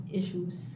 issues